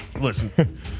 Listen